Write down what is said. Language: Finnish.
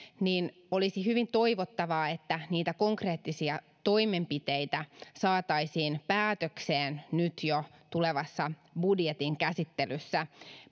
niin olisi hyvin toivottavaa että niitä konkreettisia toimenpiteitä saataisiin päätökseen nyt jo tulevassa budjetin käsittelyssä